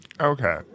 okay